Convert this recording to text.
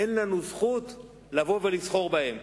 אין לנו זכות לבוא ולסחור בהן,